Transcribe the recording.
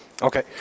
Okay